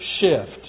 shift